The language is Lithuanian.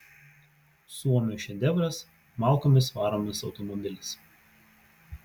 suomio šedevras malkomis varomas automobilis